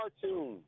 cartoons